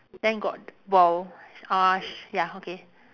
then got ball uh sh~ ya okay